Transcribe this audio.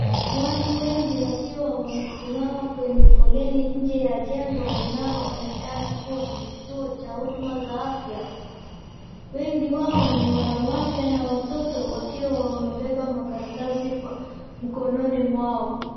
Watu wengi wakiwa wamesimama kwenye foleni nje ya jengo linaloonekana kuwa ni kituo cha huduma za afya. Wengi wao ni wanawake na watoto wakiwa wamebeba makaratasi kwa mkononi mwao.